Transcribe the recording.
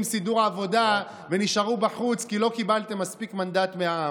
סידור עבודה ונשארו בחוץ כי לא קיבלתם מספיק מנדט מהעם.